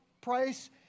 price